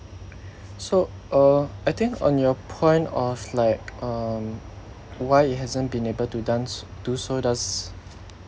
so uh I think on your point of like um why it hasn't been able to thence do so does